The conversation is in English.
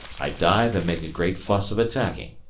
i dive and make a great fuss of attacking,